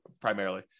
primarily